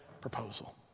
proposal